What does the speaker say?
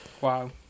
Wow